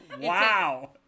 wow